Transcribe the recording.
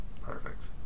Perfect